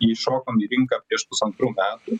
įšokom į rinką prieš pusantrų metų